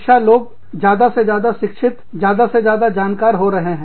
शिक्षा लोग ज्यादा से ज्यादा शिक्षित ज्यादा से ज्यादा जानकार हो रहे हैं